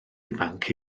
ifanc